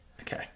Okay